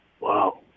wow